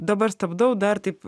dabar stabdau dar taip